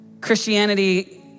Christianity